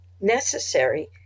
necessary